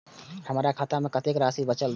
हमर खाता में कतेक राशि बचल छे?